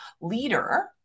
leader